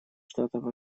штатов